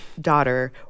daughter